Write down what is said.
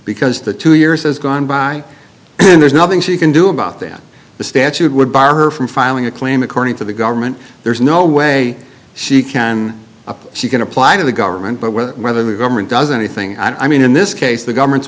because the two years has gone by and there's nothing she can do about that the statute would bar her from filing a claim according to the government there's no way she can appeal she can apply to the government but whether whether the government does anything i mean in this case the government's